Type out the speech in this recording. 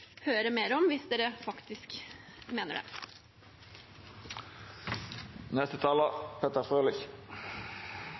høre mer om hvis de faktisk mener det.